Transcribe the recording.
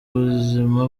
buzima